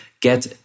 get